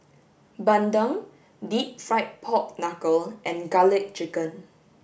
bandung deep fried pork knuckle and garlic chicken